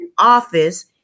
office